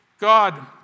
God